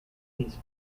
these